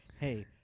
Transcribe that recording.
Hey